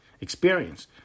experience